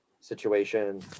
situation